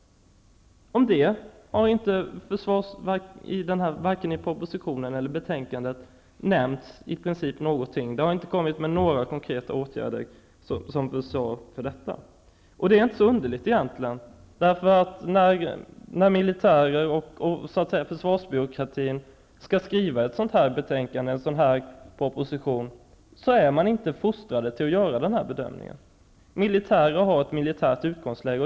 Det har i princip inte nämnts någonting om detta, varken i propositionen eller betänkandet. Det har inte föreslagits några konkreta åtgärder. Det är egentligen inte så underligt. När militärer och försvarsbyråkrater skall skriva en proposition och ett betänkande är man inte fostrade till att göra den bedömningen. Militärer har ett militärt utgångsläge.